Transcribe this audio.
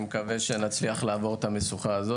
מקווה שנצליח לעבור את המכשול הזה.